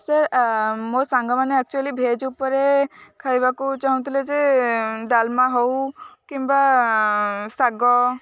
sir ମୋ ସାଙ୍ଗମାନେ actually veg ଉପରେ ଖାଇବାକୁ ଚାହୁଁଥିଲେ ଯେ ଡାଲମା ହେଉ କିମ୍ବା ଶାଗ